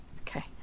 Okay